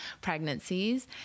pregnancies